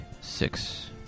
six